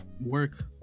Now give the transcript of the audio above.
work